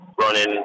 running